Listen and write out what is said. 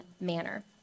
manner